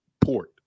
port